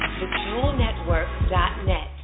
thejewelnetwork.net